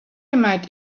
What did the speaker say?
might